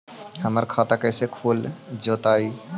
हमर खाता कैसे खुल जोताई?